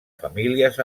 famílies